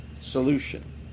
solution